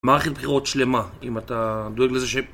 מערכת בחירות שלמה, אם אתה דואג לזה ש...